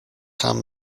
time